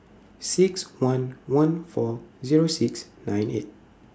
six one one four Zero six nine eight